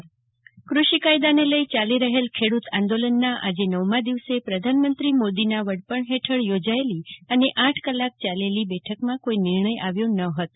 જાગૃતિ વકિલ ખેડૂત આંદોલન કૃષિ કાયદાને લઈને ચાલી રહેલ ખેડૂત આંદોલનના આજે નવમા દીવસે પ્રધાનમંત્રી મોદીના વડપણ હેઠળ યોજાયેલ અને આઠ કલાક ચાલેલી બેઠકમાં કોઈ નિર્ણય આવ્યો ન હતો